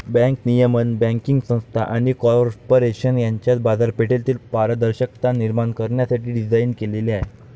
bank नियमन banking संस्था आणि कॉर्पोरेशन यांच्यात बाजारपेठेतील पारदर्शकता निर्माण करण्यासाठी डिझाइन केलेले आहे